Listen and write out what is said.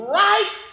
right